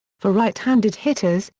for right-handed hitters,